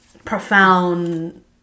profound